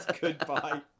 goodbye